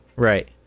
Right